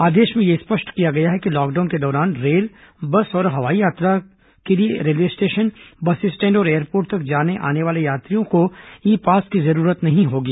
आदेश में यह स्पष्ट किया गया है कि लॉकडाउन के दौरान रेल बस और हवाई यात्रा के लिए रेलवे स्टेशन बस स्टैण्ड और एयरपोर्ट तक आने जाने वाले यात्रियों को ई पास की जरूरत नहीं होगी